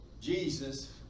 Jesus